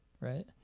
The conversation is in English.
right